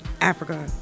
africa